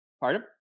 Pardon